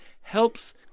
helps